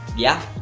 yeah.